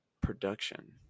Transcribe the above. production